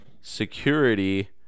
Security